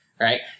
Right